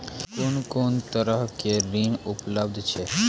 कून कून तरहक ऋण उपलब्ध छै?